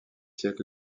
siècles